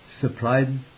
supplied